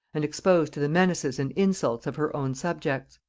and exposed to the menaces and insults of her own subjects.